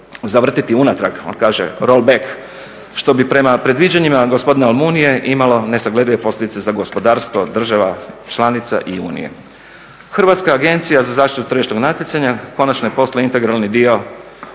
zavrtiti unatrag. On kaže rol back što bi prema predviđanjima gospodina Almunija imalo nesagledive posljedice za gospodarstvo država članica i Unije. Hrvatska agencija za zaštitu tržišnog natjecanja konačno je postala integralni dio